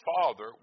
Father